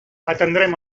atendrem